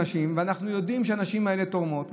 ואנחנו יודעים שהנשים האלה תורמות,